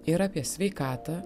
ir apie sveikatą